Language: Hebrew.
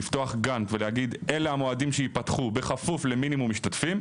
לפתוח גאנט ולהגיד אלה המועדים שייפתחו בכפוף למינימום משתתפים,